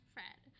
Fred